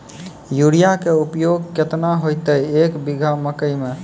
Urea के उपयोग केतना होइतै, एक बीघा मकई मे?